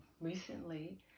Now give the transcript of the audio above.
recently